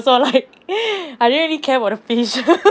so like I didn't really care about the fish